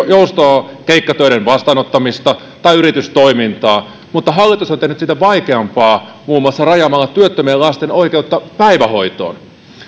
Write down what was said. joustoa keikkatöiden vastaanottamista tai yritystoimintaa mutta hallitus on tehnyt siitä vaikeampaa muun muassa rajaamalla työttömien lasten oikeutta päivähoitoon